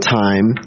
time